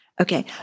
Okay